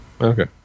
Okay